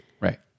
Right